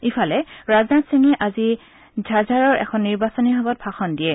ইফালে ৰাজনাথ সিঙে আজি ঝাঝৰৰ এখন নিৰ্বাচনী সভাত ভাষণ দিয়ে